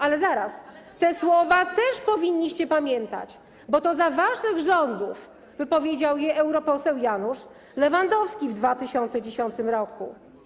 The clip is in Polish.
Ale zaraz, te słowa też powinniście pamiętać, bo to za czasu waszych rządów wypowiedział je europoseł Janusz Lewandowski, w 2010 r.